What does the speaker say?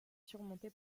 surmonté